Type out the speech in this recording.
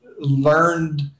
learned